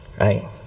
right